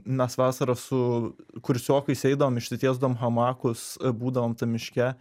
mes vasarą su kursiokais eidavom išsitiesdavom hamakus būdavom tam miške